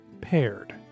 Paired